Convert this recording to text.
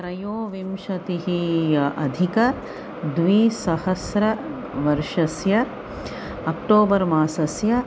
त्रयोविंशत्यधिकद्विसहस्रवर्षस्य October मासस्य